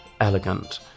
elegant